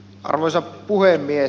arvoisa puhemies